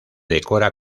decora